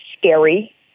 scary